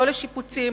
לא לשיפוצים,